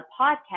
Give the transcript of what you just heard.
podcast